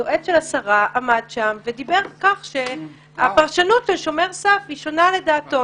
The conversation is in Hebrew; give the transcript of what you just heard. היועץ של השרה עמד שם ודיבר על כך שהפרשנות של שומר סף שונה לדעתו.